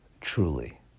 truly